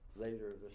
later